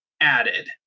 added